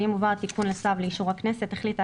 ואם הובא התיקון לצו לאישור הכנסת החליטה